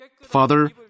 Father